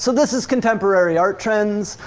so this is contemporary art trends.